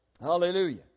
Hallelujah